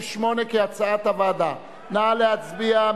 נא להצביע.